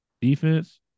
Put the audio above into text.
Defense